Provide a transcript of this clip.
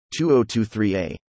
2023A